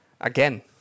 again